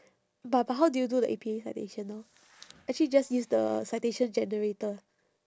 but but how do you do the A_P_A citation ah actually just use the citation generator